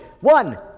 one